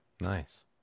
Nice